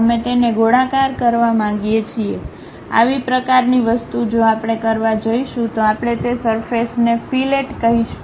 અમે તેને ગોળાકાર કરવા માંગીએ છીએ આવી પ્રકારની વસ્તુ જો આપણે કરવા જઈશું તો આપણે તે સરફેસને ફિલેટ કહીશું